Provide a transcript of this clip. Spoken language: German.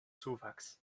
zuwachs